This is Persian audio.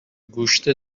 گوشت